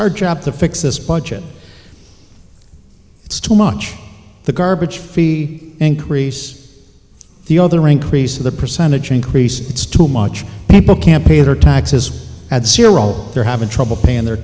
our job to fix this budget it's too much the garbage fee increase the other increase of the percentage increase it's too much people can't pay their taxes they're having trouble paying their